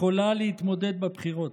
יכולה להתמודד בבחירות.